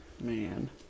Man